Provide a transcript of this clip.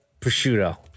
prosciutto